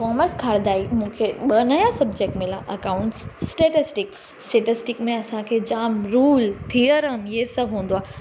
commerce खणंदेई मूंखे ॿ नया सबजेक्ट मिलिया अकाउंट्स स्टेट्सटिक स्टेट्सटिक में असांखे जामु रुल थियरम हे सभु हूंदो आहे